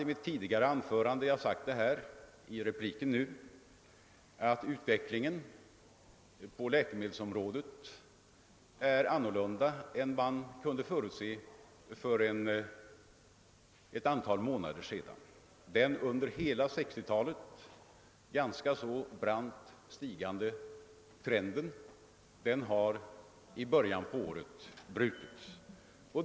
I mitt tidigare anförande och i en replik har jag framhållit att utvecklingen på läkemedelsområdet blivit annorlunda än man kunde förutse för ett antal månader sedan. Den under hela 1960-talet ganska brant stigande trenden har i början på året brutits.